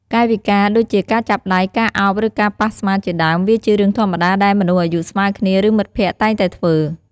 កាយវិការ ដូចជាការចាប់ដៃ ការអោប ឬ ការប៉ះស្មាជាដើម វាជារឿងធម្មតាដែលមនុស្សអាយុស្មើគ្នា ឬ មិត្តភក្តិតែងតែធ្វើ។